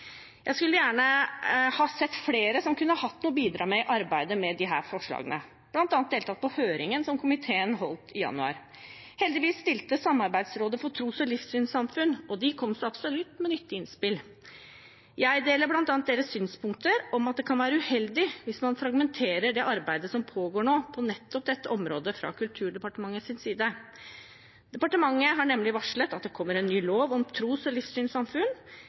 Jeg skulle altså gjerne ha sett at flere kunne hatt noe å bidra med i arbeidet med disse forslagene, bl.a. ved å delta på høringen komiteen avholdt i januar. Heldigvis stilte Samarbeidsrådet for tros- og livssynssamfunn, og de kom så absolutt med nyttige innspill. Jeg deler bl.a. deres synspunkter om at det kan være uheldig hvis man fragmenterer det arbeidet som pågår nå på nettopp dette området fra Kulturdepartementets side. Departementet har nemlig varslet at det kommer en ny lov om tros- og livssynssamfunn.